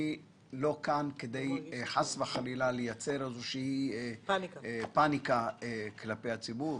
אני לא כאן כדי לייצר פאניקה כלפי הציבור,